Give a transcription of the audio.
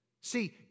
See